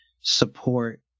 support